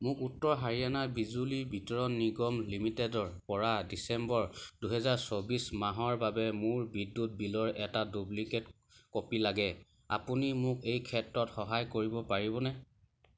মোক উত্তৰ হাৰিয়ানা বিজুলী বিতৰণ নিগম লিমিটেডৰপৰা ডিচেম্বৰ দুহেজাৰ চৌবিছ মাহৰ বাবে মোৰ বিদ্যুৎ বিলৰ এটা ডুপ্লিকেট কপি লাগে আপুনি মোক এই ক্ষেত্ৰত সহায় কৰিব পাৰিবনে